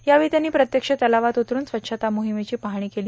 यावेळी त्यांनी प्रत्यक्ष तलावात उतरून स्वच्छता मोहिमेची पाहणी केली